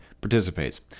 participates